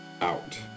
out